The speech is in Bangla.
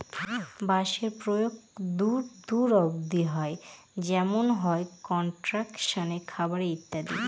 বাঁশের প্রয়োগ দূর দূর অব্দি হয় যেমন হয় কনস্ট্রাকশনে, খাবারে ইত্যাদি